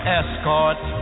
escort